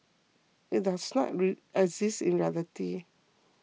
it does not exist in reality